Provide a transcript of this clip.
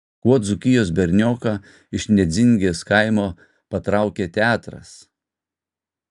kuo dzūkijos bernioką iš nedzingės kaimo patraukė teatras